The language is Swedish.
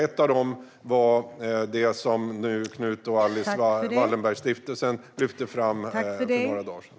Ett av dem lyfte Knut och Alice Wallenbergs Stiftelse fram för några dagar sedan.